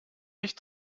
ich